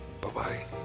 Bye-bye